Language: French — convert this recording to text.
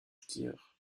skieurs